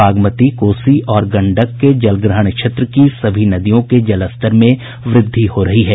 बागमती कोसी और गंडक के जलग्रहण क्षेत्र की सभी नदियों के जलस्तर में व्रद्धि हो रही है